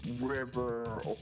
river